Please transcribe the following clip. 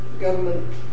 government